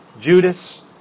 Judas